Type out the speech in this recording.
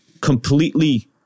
completely